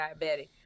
diabetic